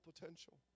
potential